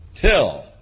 Till